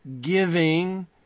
giving